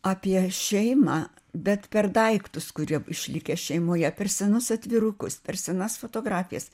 apie šeimą bet per daiktus kurie išlikę šeimoje per senus atvirukus per senas fotografijas